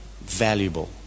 valuable